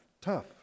Tough